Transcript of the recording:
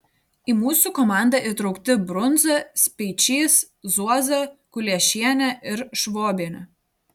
į mūsų komandą įtraukti brunza speičys zuoza kuliešienė ir švobienė